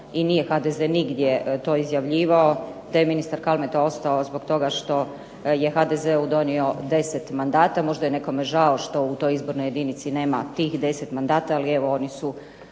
HDZ nigdje to izjavljivao da je ministar Kalmeta ostao zbog toga što je HDZ-u donio 10 mandata. Možda je nekome žao što u toj izbornoj jedinici nema tih 10 mandata, ali evo oni su